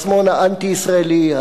מהשמאל האנטי-ישראלי,